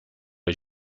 est